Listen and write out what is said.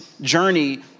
journey